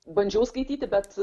bandžiau skaityti bet